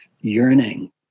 yearning